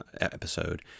episode